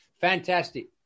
Fantastic